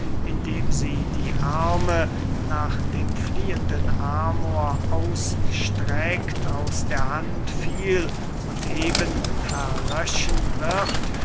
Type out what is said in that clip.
indem sie die arme nach dem fliehenden amor ausstreckt aus der hand fiel und eben verlöschen wird